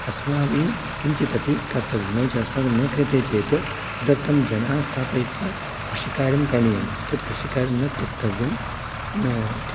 अस्माभिः किञ्चित् अपि कर्तव्यं नो च अस्माभिः न क्रियते चेत् तदर्थं जनाः स्थापयित्वा कृषिकार्यं करणीयं तत् कृषिकार्यं न त्यक्तव्यम् इति